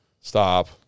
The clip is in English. Stop